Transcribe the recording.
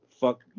fuck